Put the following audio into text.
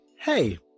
hey